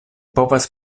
povas